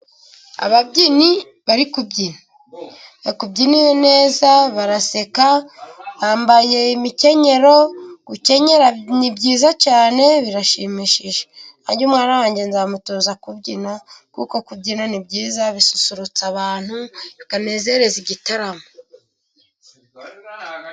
Ababyinnyi bari kubyina bari kubyina neza, baraseka ,bambaye imikenyero ,gukenyera ni byiza cyane birashimishije. Nange umwana wange nzamutoza kubyina, kuko kubyina ni byiza ,bisusurutsa abantu bikanezereza igitaramo.